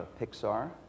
Pixar